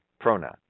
pronoun